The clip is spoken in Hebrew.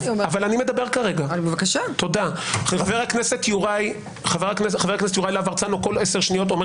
חבר הכנסת יוראי להב הרצנו כל 10 שניות שואל